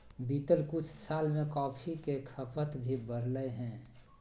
बीतल कुछ साल में कॉफ़ी के खपत भी बढ़लय हें